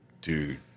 dude